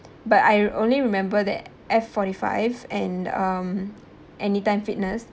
but I only remember that F forty five and um anytime fitness